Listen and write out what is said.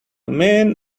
man